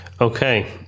okay